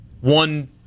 One